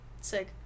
Sick